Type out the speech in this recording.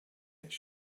its